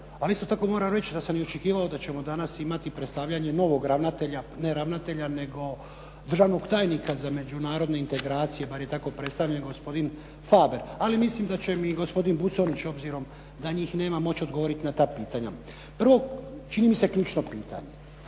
Ali isto tako moram i reći da sam i očekivao da ćemo danas imati predstavljanje novog ravnatelja, ne ravnatelja, nego državnog tajnika za međunarodne integracije, bar je tako predstavljen gospodin Faber. Ali mislim da će mi gospodin Buconjić, s obzirom da njih nema moći odgovoriti na ta pitanja. Prvo, čini mi se ključno pitanje.